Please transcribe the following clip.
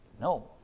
No